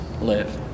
live